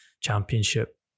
Championship